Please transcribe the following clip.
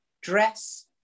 dress